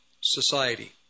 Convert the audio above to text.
society